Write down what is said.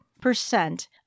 Percent